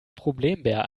problembär